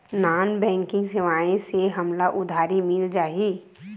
Non banking सेवाएं से हमला उधारी मिल जाहि?